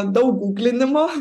daug gūglinimo